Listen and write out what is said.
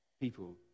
people